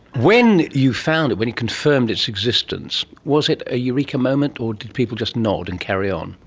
when you found it, when you confirmed its existence, was it a eureka moment or did people just nod and carry on?